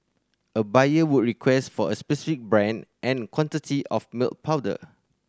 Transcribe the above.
a buyer would request for a specific brand and quantity of milk powder